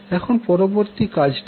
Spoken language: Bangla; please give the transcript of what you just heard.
এখন পরবর্তী কাজটি কি